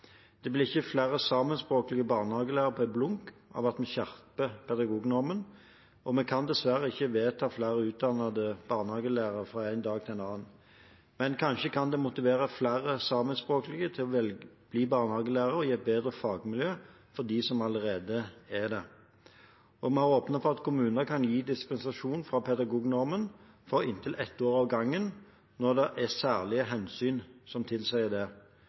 Det blir ikke flere samiskspråklige barnehagelærere på et blunk av at vi skjerper pedagognormen, og vi kan dessverre ikke vedta flere utdannede barnehagelærere fra én dag til en annen. Men kanskje kan det motivere flere samiskspråklige til å bli barnehagelærere og gi et bedre fagmiljø for dem som allerede er det. Og vi har åpnet for at kommunene kan gi dispensasjon fra pedagognormen for inntil ett år om gangen, når det er særlige hensyn som tilsier det.